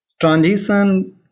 transition